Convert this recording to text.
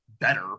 better